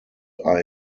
are